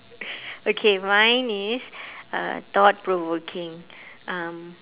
okay mine is uh thought provoking um